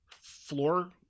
floor